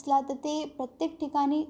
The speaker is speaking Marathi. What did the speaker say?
असला तर ते प्रत्येक ठिकाणी